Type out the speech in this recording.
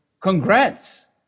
congrats